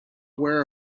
aware